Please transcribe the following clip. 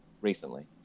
recently